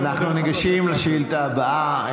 אנחנו ניגשים לשאילתה הבאה.